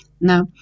Now